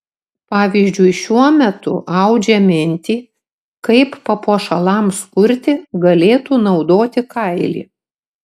pavyzdžiui šiuo metu audžia mintį kaip papuošalams kurti galėtų naudoti kailį